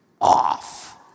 off